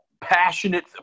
passionate